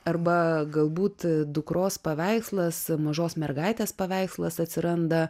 arba galbūt dukros paveikslas mažos mergaitės paveikslas atsiranda